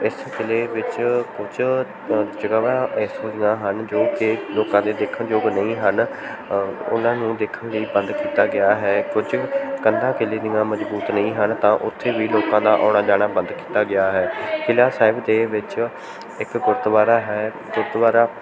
ਇਸ ਕਿਲ੍ਹੇ ਵਿੱਚ ਕੁਝ ਜਿਹੜਾ ਹੈ ਹਨ ਜੋ ਕਿ ਲੋਕਾਂ ਦੇ ਦੇਖਣ ਯੋਗ ਨਹੀਂ ਹਨ ਉਹਨਾਂ ਨੂੰ ਦੇਖਣ ਲਈ ਬੰਦ ਕੀਤਾ ਗਿਆ ਹੈ ਕੁਝ ਕੰਧਾਂ ਕਿਲ੍ਹੇ ਦੀਆਂ ਮਜ਼ਬੂਤ ਨਹੀਂ ਹਨ ਤਾਂ ਉੱਥੇ ਵੀ ਲੋਕਾਂ ਦਾ ਆਉਣਾ ਜਾਣਾ ਬੰਦ ਕੀਤਾ ਗਿਆ ਹੈ ਕਿਲ੍ਹਾ ਸਾਹਿਬ ਦੇ ਵਿੱਚ ਇੱਕ ਗੁਰਦੁਆਰਾ ਹੈ ਗੁਰਦੁਆਰਾ